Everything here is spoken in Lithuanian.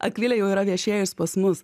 akvilė jau yra viešėjus pas mus